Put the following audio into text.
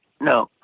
No